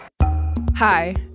Hi